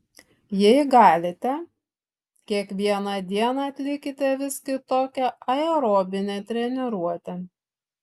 jei galite kiekvieną dieną atlikite vis kitokią aerobinę treniruotę